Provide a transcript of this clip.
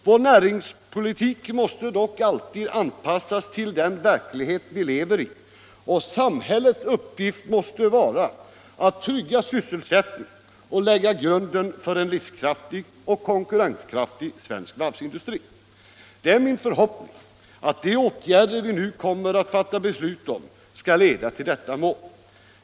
Vår näringspolitik måste dock alltid anpassas till den verklighet vi lever i, och samhällets uppgift måste vara att trygga sysselsättningen och lägga grunden för en livskraftig och konkurrenskraftig svensk varvsindustri. Det är min förhoppning att de åtgärder vi nu kommer att fatta beslut om skall leda till detta mål.